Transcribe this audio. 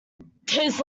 this